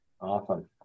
awesome